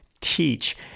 teach